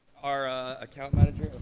our ah account manager